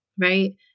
right